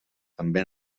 també